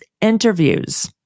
interviews